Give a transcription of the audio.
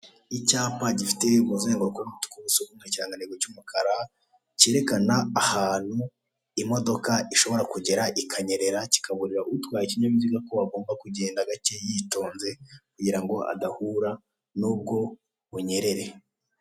Icyapa gifite umuzenguruko w'umutuku ubuso bw'umweru ikirangantego cy'umukara kereka ahantu imodoka ishobora kugera ikanyerera kikaburira utwaye ikinyabiziga ko agomba kujyenda gacye yitonze kugirango adahura nubwo bunyerere.